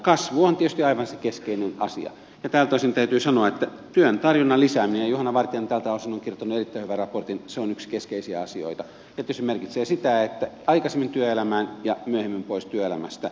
kasvu on tietysti aivan se keskeinen asia ja tältä osin täytyy sanoa että työn tarjonnan lisääminen juhana vartiainen tältä osin on kirjoittanut erittäin hyvän raportin se on yksi keskeisiä asioita ja tietysti merkitsee sitä että aikaisemmin työelämään ja myöhemmin pois työelämästä